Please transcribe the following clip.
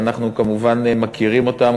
ואנחנו כמובן מכירים אותן,